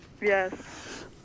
Yes